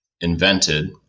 invented